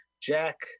Jack